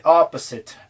opposite